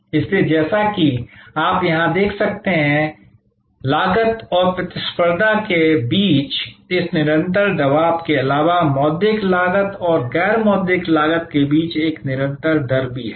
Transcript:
इसलिए जैसा कि आप यहां देख सकते हैं लागत और प्रतिस्पर्धा के बीच इस निरंतर दबाव के अलावा मौद्रिक लागत और गैर मौद्रिक लागत के बीच एक निरंतर दर भी है